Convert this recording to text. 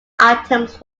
items